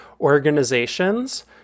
organizations